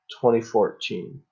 2014